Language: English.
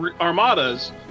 armadas